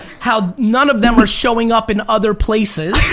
how none of them are showing up in other places,